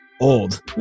old